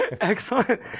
Excellent